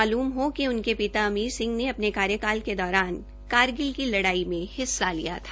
मालूम हो कि उनके पिता अमीर सिंह ने अपने कार्यकाल के दौरान कारगिल की लड़ाई में हिस्सा लिया था